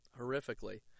Horrifically